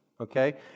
okay